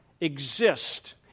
exist